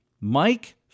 Mike